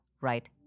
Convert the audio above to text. right